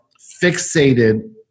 fixated